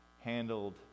handled